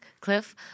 Cliff